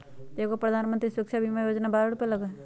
एगो प्रधानमंत्री सुरक्षा बीमा योजना है बारह रु लगहई?